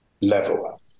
level